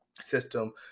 system